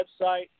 website